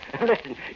Listen